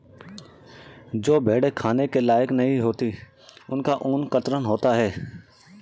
जो भेड़ें खाने के लायक नहीं होती उनका ऊन कतरन होता है